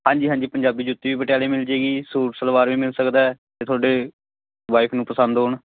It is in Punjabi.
ਹਾਂਜੀ ਹਾਂਜੀ ਪੰਜਾਬੀ ਜੁੱਤੀ ਵੀ ਪਟਿਆਲੇ ਮਿਲ ਜਾਏਗੀ ਸੂਟ ਸਲਵਾਰ ਵੀ ਮਿਲ ਸਕਦਾ ਅਤੇ ਤੁਹਾਡੇ ਵਾਈਫ ਨੂੰ ਪਸੰਦ ਹੋਣ